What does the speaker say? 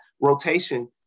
rotation